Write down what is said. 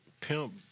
Pimp